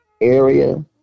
area